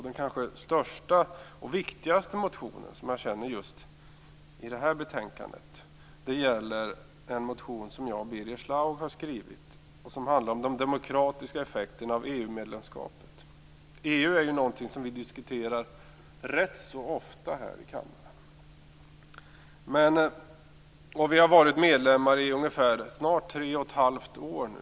Den kanske största och viktigaste motionen i det här betänkandet är en motion som jag och Birger Schlaug har skrivit. Den handlar om de demokratiska effekterna av EU-medlemskapet. EU är ju någonting som vi diskuterar ganska ofta här i kammaren. Vi har varit medlemmar i ungefär tre och ett halvt år nu.